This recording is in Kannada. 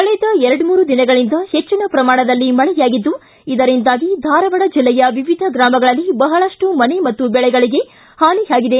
ಕಳೆದ ಎರಡು ಮೂರು ದಿನಗಳಿಂದ ಪೆಚ್ಚಿನ ಪ್ರಮಾಣದಲ್ಲಿ ಮಳೆಯಾಗಿದ್ದು ಇದರಿಂದಾಗಿ ಧಾರವಾಡ ಜಿಲ್ಲೆಯ ವಿವಿಧ ಗ್ರಾಮಗಳಲ್ಲಿ ಬಹಳಷ್ಟು ಮನೆ ಮತ್ತು ಬೆಳೆಗಳಿಗೆ ಹಾನಿಯಾಗಿದೆ